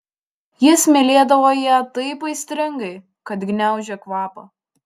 jis mylėdavo ją taip aistringai kad gniaužė kvapą